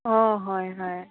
অঁ হয় হয়